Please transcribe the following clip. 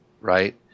right